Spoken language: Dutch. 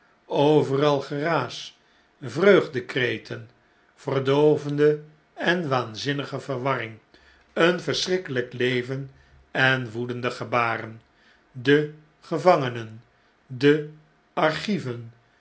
overal geraas vreugdekreten verdoovende en waanzinnige verwarring een verschrikkelijk leven en woedende gebaren de gevangenen de archieven